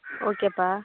okay பா